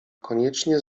koniecznie